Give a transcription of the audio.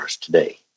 today